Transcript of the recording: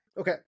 Okay